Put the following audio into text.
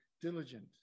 diligent